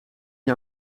die